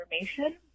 information